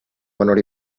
menor